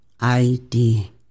ID